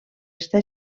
està